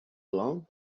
long